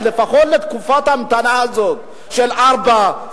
אז לפחות לתקופת ההמתנה הזאת של ארבע,